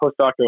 postdoctoral